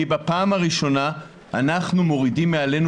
כי בפעם הראשונה אנחנו מורידים מעלינו